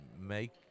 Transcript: make